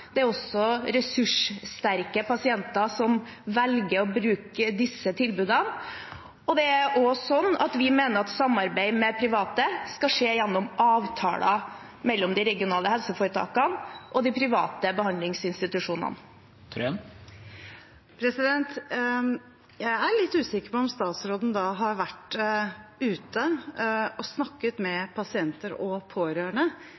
Det er også ressurssterke pasienter som velger å bruke disse tilbudene. Vi mener at samarbeidet med private skal skje gjennom avtaler mellom de regionale helseforetakene og de private behandlingsinstitusjonene. Jeg er litt usikker på om statsråden da har vært ute og snakket med pasienter og pårørende,